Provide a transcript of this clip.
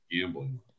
gambling